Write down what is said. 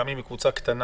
גם אם היא קבוצה קטנה,